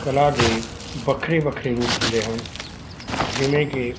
ਕਲਾ ਦੇ ਵੱਖਰੇ ਵੱਖਰੇ ਰੂਪ ਹੁੰਦੇ ਹਨ ਜਿਵੇਂ ਕਿ